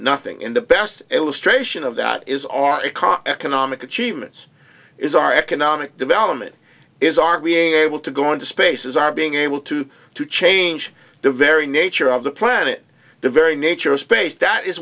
nothing in the best illustration of that is our economy economic achievements is our economic development is our being able to go into space is our being able to to change the very nature of the planet the very nature of space that is